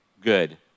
good